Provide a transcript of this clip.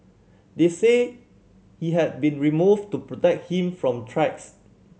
they say he had been removed to protect him from threats